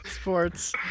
Sports